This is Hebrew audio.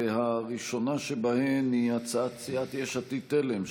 הראשונה שבהן היא הצעת סיעת יש עתיד-תל"ם,